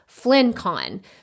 FlynnCon